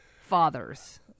fathers